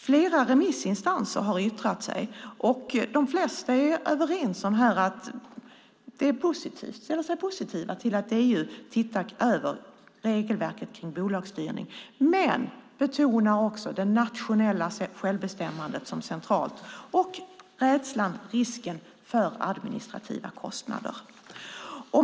Flera remissinstanser har yttrat sig, och de flesta ställer sig positiva till att EU tittar över regelverket för bolagsstyrning, men de betonar också att det nationella självbestämmandet är centralt och tar upp risken för administrativa kostnader.